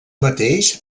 mateix